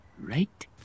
right